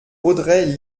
audrey